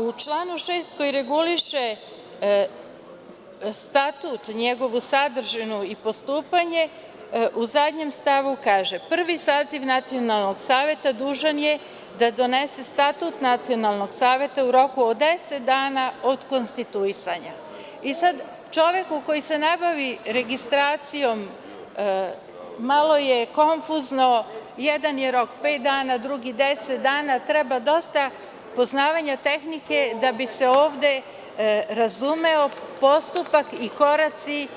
U članu 6. koji reguliše statut, njegovu sadržinu i postupanje, u zadnjem stavu se kaže: „Prvi saziv nacionalnog saveta dužan je da donese statut nacionalnog saveta u roku od 10 dana od konstituisanja.“ Čoveku koji se ne bavi registracijom, malo je konfuzno, jer, jedan je rok pet dana, drugi 10 dana, treba dosta poznavanja tehnike da bi se ovde razumeo postupak i koraci